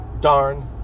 darn